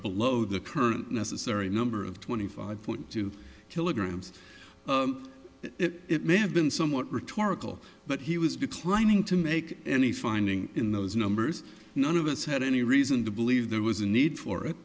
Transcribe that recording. below the current necessary number of twenty five point two kilograms it may have been somewhat rhetorical but he was declining to make any finding in those numbers none of us had any reason to believe there was a need for it